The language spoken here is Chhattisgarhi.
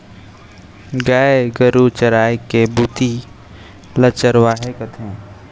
गाय गरू चराय के भुती ल चरवाही कथें